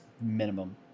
Minimum